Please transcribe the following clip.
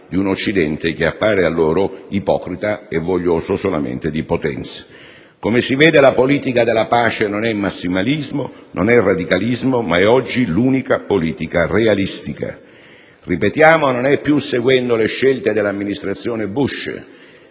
di un Occidente che appare loro ipocrita e voglioso solamente di potenza. Come si vede, la politica della pace non è massimalismo, non è radicalismo, ma è oggi l'unica politica realistica. Ripetiamo, non è seguendo le scelte dell'Amministrazione Bush